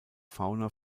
fauna